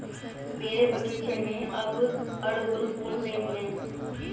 मेरे बगीचे में अब अड़हुल फूल नहीं हैं